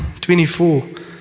24